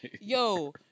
Yo